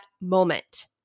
moment